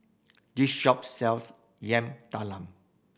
this shop sells Yam Talam